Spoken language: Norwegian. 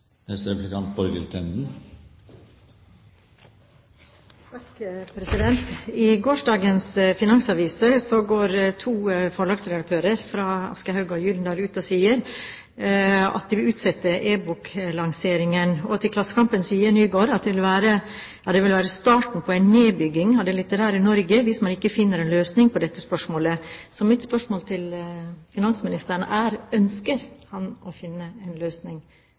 I gårsdagens Klassekampen går to forlagsredaktører fra Aschehoug og Gyldendal ut og sier at de vil utsette e-boklanseringen. Til Klassekampen sier Nygaard at det vil være starten på en nedbygging av det litterære Norge hvis man ikke finner en løsning på dette spørsmålet. Så mitt spørsmål til finansministeren er: Ønsker han å finne en løsning